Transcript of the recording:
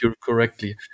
correctly